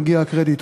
מגיע הקרדיט.